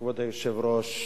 כבוד היושב-ראש,